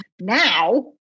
now